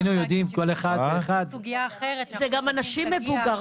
אין לי את המידע